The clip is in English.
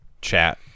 chat